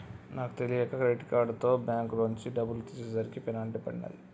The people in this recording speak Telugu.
నాకు తెలియక క్రెడిట్ కార్డుతో బ్యేంకులోంచి డబ్బులు తీసేసరికి పెనాల్టీ పడినాది